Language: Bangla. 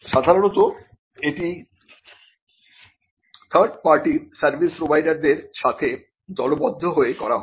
সাধারণত এটি থার্ড পার্টি সার্ভিস প্রোভাইডারদের সাথে দলবদ্ধ হয়ে করা হয়